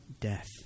death